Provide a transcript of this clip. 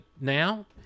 now